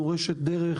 מורשת דרך,